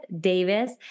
Davis